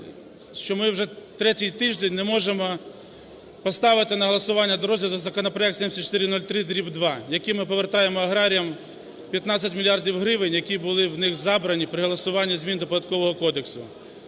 що ми вже третій тиждень не можемо поставити на голосування до розгляду законопроект 7403/2, яким ми повертаємо аграріям 15 мільярдів гривень, які були в них забрані при голосування змін до Податкового кодексу.